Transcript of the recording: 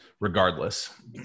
regardless